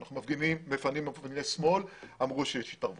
כשאנחנו מפנים מפגיני שמאל אומרים שיש התערבות,